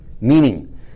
Meaning